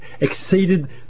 Exceeded